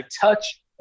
touch